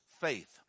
faith